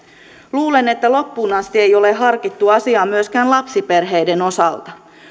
luulen että loppuun asti ei ole harkittu asiaa myöskään lapsiperheiden osalta